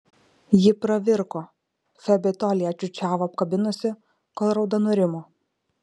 ji pravirko febė tol ją čiūčiavo apkabinusi kol rauda nurimo